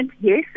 yes